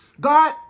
God